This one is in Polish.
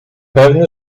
pewny